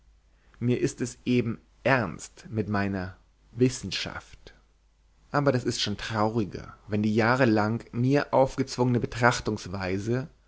mir ist es eben ernst mit meiner wissenschaft aber das ist schon trauriger wenn die jahrelang mir aufgezwungene betrachtungweise